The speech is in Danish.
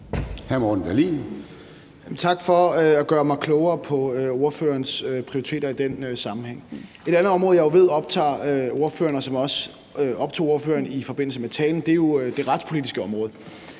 Tak for at gøre mig klogere på ordførerens prioriteter i den sammenhæng. Et andet område, jeg jo ved optager ordføreren, og som også optog ordføreren i forbindelse med talen, er det retspolitiske område.